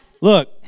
Look